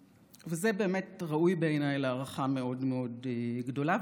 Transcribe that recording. וזה, בעיניי, באמת ראוי להערכה מאוד מאוד גדולה.